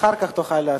אחר כך תוכל להסכים.